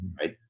right